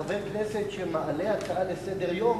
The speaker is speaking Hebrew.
חבר כנסת שמעלה הצעה לסדר-היום,